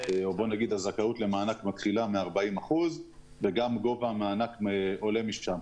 הזכאות למענק מתחילה מ-40% וגם גובה המענק עולה משם.